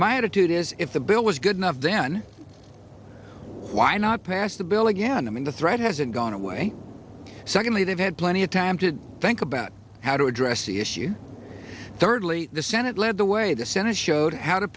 my attitude is if the bill was good enough then why not pass the bill again i mean the threat hasn't gone away suddenly they've had plenty of time to think about how to address the issue thirdly the senate led the way the senate showed how to